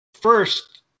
first